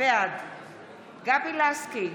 בעד גבי לסקי,